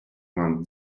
vingt